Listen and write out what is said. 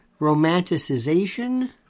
romanticization